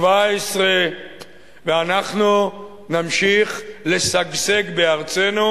2017. ואנחנו נמשיך לשגשג בארצנו,